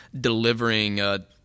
delivering